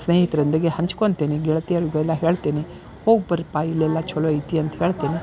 ಸ್ನೇಹಿತರೊಂದಿಗೆ ಹಚ್ಕೊಂತೀನಿ ಗೆಳತಿಯರಿಗೆಲ್ಲ ಹೇಳ್ತೀನಿ ಹೋಗಿ ಬರ್ರಿ ಪಾ ಇಲ್ಲೆಲ್ಲಾ ಚಲೋ ಐತಿ ಅಂತ್ ಹೇಳ್ತೀನಿ